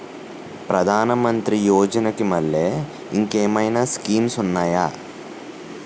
ప్రధాన మంత్రి యోజన కి మల్లె ఇంకేమైనా స్కీమ్స్ ఉన్నాయా?